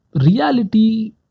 Reality